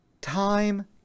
time